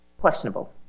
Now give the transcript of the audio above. questionable